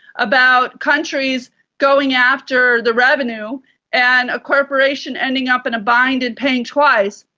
about countries going after the revenue and a corporation ending up in a bind and paying twice,